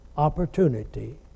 opportunity